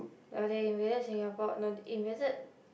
well they invaded Singapore no invaded